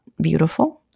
beautiful